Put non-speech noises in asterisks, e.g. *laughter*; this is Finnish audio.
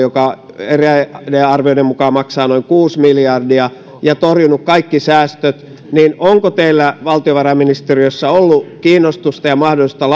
*unintelligible* joka eräiden arvioiden mukaan maksaa noin kuusi miljardia ja on torjunut kaikki säästöt niin onko teillä valtiovarainministeriössä ollut kiinnostusta ja mahdollisuutta *unintelligible*